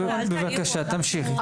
בבקשה, תמשיכי.